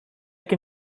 can